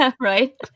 Right